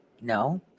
No